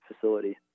facility